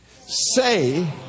say